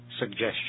suggestion